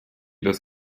des